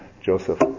Joseph